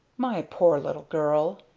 my poor little girl!